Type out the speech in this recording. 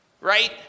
right